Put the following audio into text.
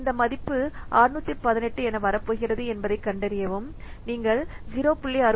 இந்த மதிப்பு 618 என வரப்போகிறது என்பதைக் கண்டறியவும் நீங்கள் 0